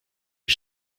die